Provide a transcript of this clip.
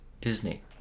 Disney